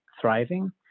thriving